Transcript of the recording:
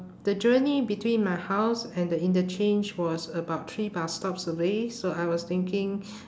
the journey between my house and the interchange was about three bus stops away so I was thinking